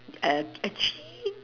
a~ actually